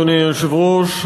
אדוני היושב-ראש,